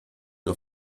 nur